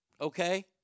okay